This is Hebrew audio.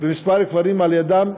וכמה כפרים לידו,